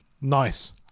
Nice